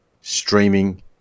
streaming